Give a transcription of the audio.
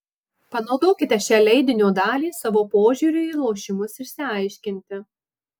panaudokite šią leidinio dalį savo požiūriui į lošimus išsiaiškinti